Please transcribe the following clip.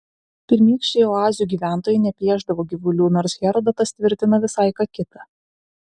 pirmykščiai oazių gyventojai nepiešdavo gyvulių nors herodotas tvirtina visai ką kita